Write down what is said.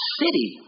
city